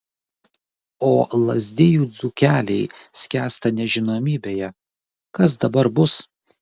o lazdijų dzūkeliai skęsta nežinomybėje kas dabar bus